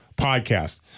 podcast